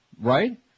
Right